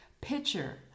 picture